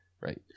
right